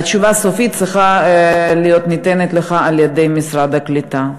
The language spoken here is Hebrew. התשובה הסופית צריכה להינתן על-ידי משרד הקליטה.